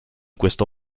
questo